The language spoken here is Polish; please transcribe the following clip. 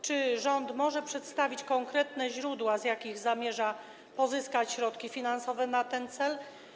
Czy rząd może przedstawić konkretne źródła, z jakich zamierza pozyskać środki finansowe na ten cel?